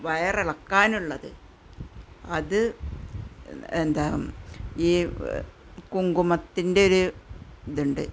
വയറ് ഇളക്കാനുള്ളത് അത് എന്താണ് ഈ കുങ്കുമത്തിൻ്റെ ഒരു ഇതുണ്ട്